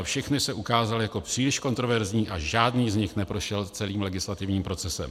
Všechny se ale ukázaly jako příliš kontroverzní a žádný z nich neprošel celým legislativním procesem.